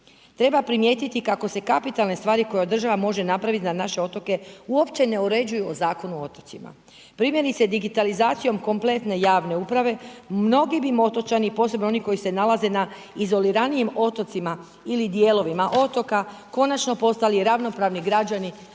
Treba primijetiti kako se kapitalne stvari koje država može napraviti za naše otoke uopće ne uređuju Zakonom o otocima. Primjerice, digitalizacijom kompletne javne uprave mnogi bi otočani posebni oni koji se nalaze na izoliranijim otocima ili dijelovima otoka, konačno postali ravnopravni građani